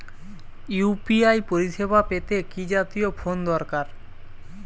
UPI পরিসেবা পেতে কি জাতীয় ফোন দরকার?